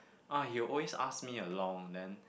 ah he'll always ask me along then